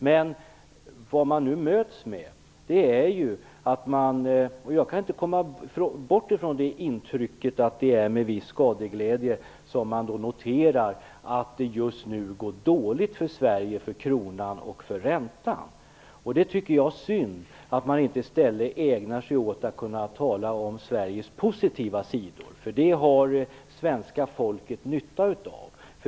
Men vad man nu möts med - och jag kan inte komma bort från intrycket att det sker en viss skadeglädje - är att man noterar att det just nu går dåligt för Sverige, för kronan och för räntan. Jag tycker det är synd att man inte i stället ägnar sig åt att tala om Sveriges positiva sidor. Det skulle svenska folket ha nytta av.